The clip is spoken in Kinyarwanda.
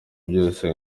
byose